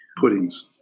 puddings